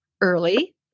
early